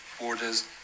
borders